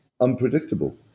unpredictable